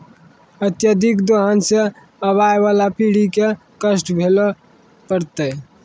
अत्यधिक दोहन सें आबय वाला पीढ़ी क कष्ट भोगै ल पड़तै